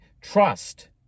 trust